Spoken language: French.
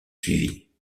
suivit